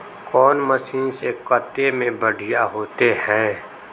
कौन मशीन से कते में बढ़िया होते है?